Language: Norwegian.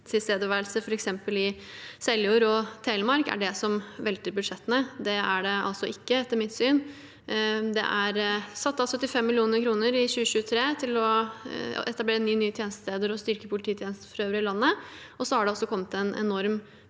polititilstedeværelse f.eks. i Seljord i Telemark, er det som velter budsjettene. Det er det altså ikke, etter mitt syn. Det er satt av 75 mill. kr i 2023 til å etablere ni nye tjenestesteder og styrke polititjenestene for øvrig i landet, og så har det kommet en enorm